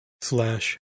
slash